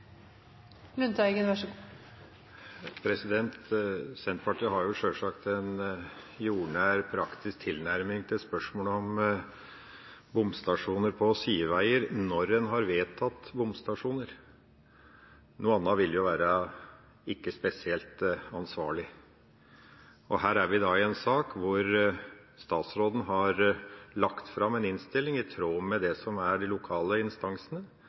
Senterpartiet har sjølsagt en jordnær, praktisk tilnærming til spørsmålet om bomstasjoner på sideveier når en har vedtatt bomstasjoner. Noe annet vil ikke være spesielt ansvarlig. Og her har vi en sak hvor statsråden har lagt fram en innstilling i tråd med det som er de lokale instansene,